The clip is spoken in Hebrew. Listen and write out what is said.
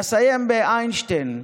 ואסיים באיינשטיין.